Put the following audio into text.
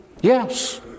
Yes